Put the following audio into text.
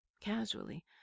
casually